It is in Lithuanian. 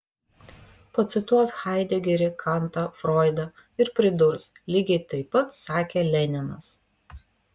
pacituos haidegerį kantą froidą ir pridurs lygiai taip pat sakė leninas